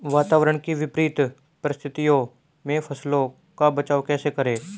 वातावरण की विपरीत परिस्थितियों में फसलों का बचाव कैसे करें?